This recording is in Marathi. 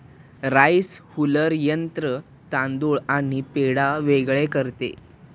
राइस हुलर यंत्र तांदूळ आणि पेंढा वेगळे करते